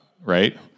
right